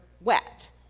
wet